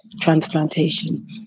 transplantation